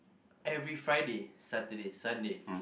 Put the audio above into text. every Friday Saturday Sunday